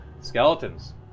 Skeletons